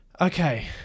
Okay